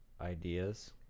ideas